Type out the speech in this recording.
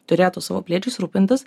turėtų savo piliečiais rūpintis